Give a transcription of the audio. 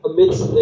Amidst